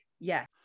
Yes